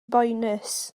boenus